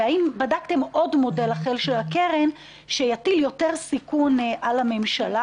האם בדקתם עוד מודל אחר של הקרן שיטיל יותר סיכון על הממשלה?